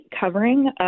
covering